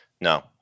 No